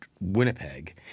winnipeg